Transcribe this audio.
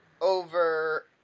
Over